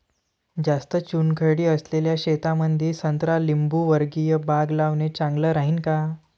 जास्त चुनखडी असलेल्या शेतामंदी संत्रा लिंबूवर्गीय बाग लावणे चांगलं राहिन का?